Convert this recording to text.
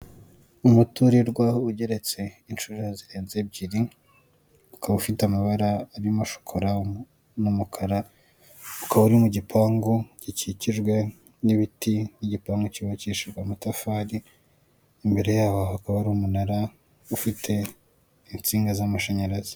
Umuturirwa ugeretse inshuro zirenze ebyiri, ukaba ufite amabara arimo shokora n'umukara, ukaba uri mugipangu gikikijwe n'ibiti n'igipangu cyubakishijwe amatafari, imbere yaho hakaba hari umunara ufite insinga z'amashanyarazi.